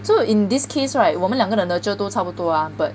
so in this case right 我们两个的 nurture 都差不多 ah but